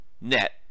net